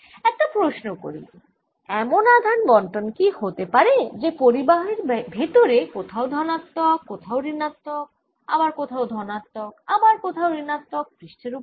একটা প্রশ্ন করি এমন আধান বন্টন কি হতে পারে যে পরিবাহীর ভেতরে কোথাও ধনাত্মক কোথাও ঋণাত্মক আবার কোথাও ধনাত্মক আবার কোথাও ঋণাত্মক পৃষ্ঠের ওপরে